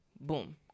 Boom